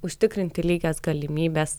užtikrinti lygias galimybes